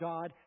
God